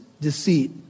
deceit